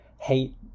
hate